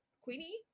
Queenie